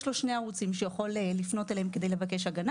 יש לו שני ערוצים שהוא יכול לפנות אליהם כדי לבקש הגנה.